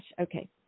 Okay